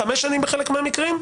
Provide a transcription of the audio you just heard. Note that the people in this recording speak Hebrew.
חמש שנים בחלק מהמקרים.